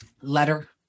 letter